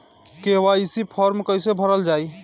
KYC form कइसे भरल जाइ?